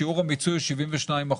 שיעור המיצוי 72%,